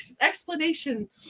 explanation